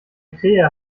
krähe